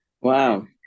Wow